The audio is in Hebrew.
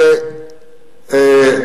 בוודאי.